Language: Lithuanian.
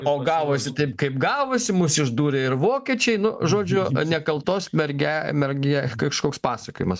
o gavosi taip kaip gavosi mus išdūrė ir vokiečiai nu žodžiu nekaltos merge merge kažkoks pasakojimas